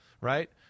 Right